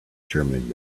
german